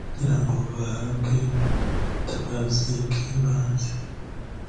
kugira ngo bahabwe ubutabazi bw'ibanze.